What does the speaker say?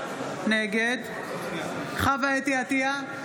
נגד חוה אתי עטייה,